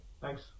thanks